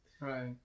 right